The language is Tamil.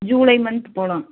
ஜூலை மந்த் போகலாம்